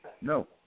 No